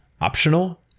optional